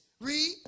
Read